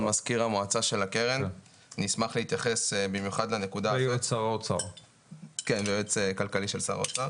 אני מזכיר המועצה של הקרן והיועץ הכלכלי של שר האוצר,